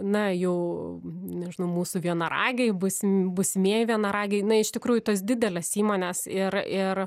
na jau nežinau mūsų vienaragiai būsim būsimieji vienaragiai na iš tikrųjų tos didelės įmonės ir ir